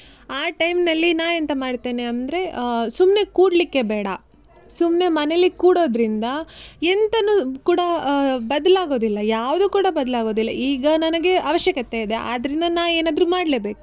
ಆ ಟೈಮಿನಲ್ಲಿ ನಾನು ಎಂಥ ಮಾಡ್ತೇನೆ ಅಂದರೆ ಸುಮ್ಮನೆ ಕೂಡಲಿಕ್ಕೆ ಬೇಡ ಸುಮ್ಮನೆ ಮನೆಯಲ್ಲಿ ಕೂಡೋದರಿಂದ ಎಂಥ ಕೂಡ ಬದ್ಲಾಗೋದಿಲ್ಲ ಯಾವುದು ಕೂಡ ಬದ್ಲಾಗೋದಿಲ್ಲ ಈಗ ನನಗೆ ಅವಶ್ಯಕತೆ ಇದೆ ಆದ್ದರಿಂದ ನಾ ಏನಾದ್ರೂ ಮಾಡ್ಲೇ ಬೇಕು